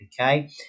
okay